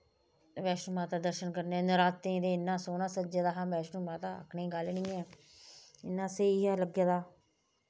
बैष्णो माता दर्शन करने नरातें ते इन्ना सोह्नां सज्जे दा हा बैष्णो माता आखने गल्ल नी ऐ इन्ना स्हेई हा लग्गे दा